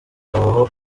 aho